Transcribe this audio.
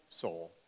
soul